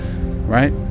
Right